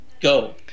Go